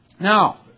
Now